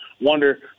wonder